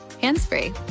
hands-free